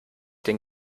den